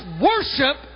worship